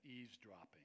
eavesdropping